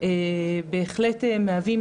בהחלט מהווים,